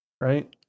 right